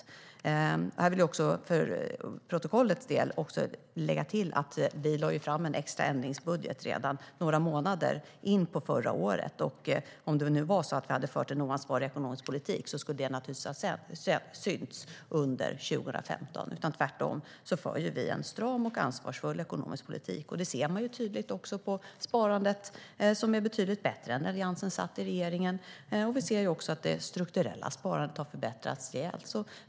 Här vill jag för protokollets skull lägga till att vi lade fram en extra ändringsbudget redan några månader in på förra året. Om det nu var så att vi hade fört en oansvarig ekonomisk politik skulle det naturligtvis ha synts under 2015. Vi för tvärtom en stram och ansvarsfull ekonomisk politik. Det ser man tydligt på sparandet, som är betydligt bättre än när Alliansen satt i regeringen. Vi ser också att det strukturella sparandet har förbättrats rejält.